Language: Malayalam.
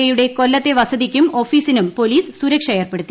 എ യുടെ കൊല്ലത്തെ വസതിക്കും ഓഫീസിനും പോലീസ് സുരക്ഷ ഏർപ്പെടുത്തി